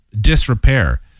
disrepair